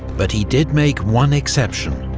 but he did make one exception.